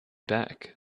back